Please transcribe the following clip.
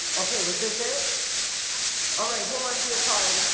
okay, was this it alright hold on to your card